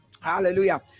Hallelujah